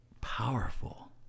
powerful